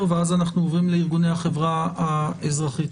ואז אנחנו עוברים לארגוני החברה האזרחית.